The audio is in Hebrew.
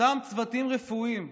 אותם צוותים רפואיים,